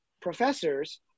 professors